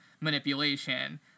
manipulation